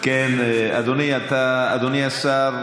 אדוני השר,